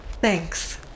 Thanks